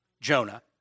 Jonah